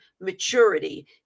maturity